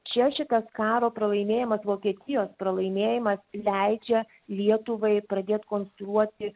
čia šitas karo pralaimėjimas vokietijos pralaimėjimas leidžia lietuvai pradėt konstruoti